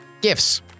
gifts